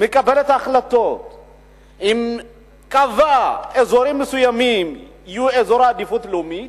ומקבלת החלטות קבעה שאזורים מסוימים יהיו אזורי עדיפות לאומית,